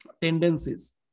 tendencies